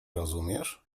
rozumiesz